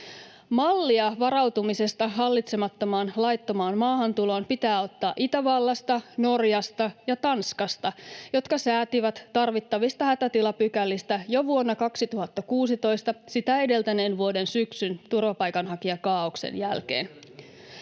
Mallia varautumisesta hallitsemattomaan laittomaan maahantuloon pitää ottaa Itävallasta, Norjasta ja Tanskasta, jotka säätivät tarvittavista hätätilapykälistä jo vuonna 2016 sitä edeltäneen vuoden syksyn turvapaikanhakijakaaoksen jälkeen.